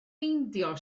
meindio